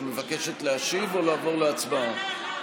את מבקשת להשיב או לעבור להצבעה?